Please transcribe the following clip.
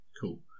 Cool